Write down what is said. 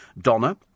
Donna